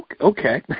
Okay